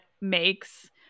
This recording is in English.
makes